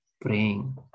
praying